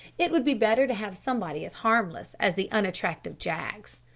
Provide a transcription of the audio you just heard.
it would be better to have somebody as harmless as the unattractive jaggs.